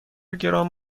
گران